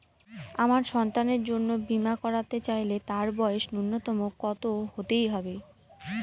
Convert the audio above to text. আমার সন্তানের জন্য বীমা করাতে চাইলে তার বয়স ন্যুনতম কত হতেই হবে?